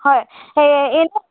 হয় এই